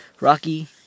Rocky